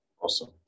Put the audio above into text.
Awesome